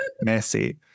messy